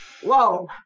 Whoa